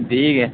बीह् गै